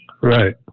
Right